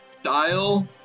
style